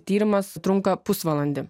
tyrimas trunka pusvalandį